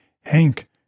Hank